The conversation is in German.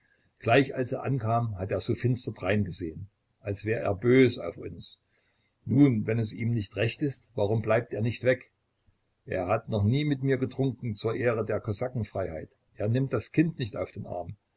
gleich als er ankam hat er so finster dreingesehn als wär er bös auf uns nun wenn es ihm nicht recht ist warum bleibt er nicht weg er hat noch nie mit mir getrunken zur ehre der kosakenfreiheit er nimmt das kind nicht auf den arm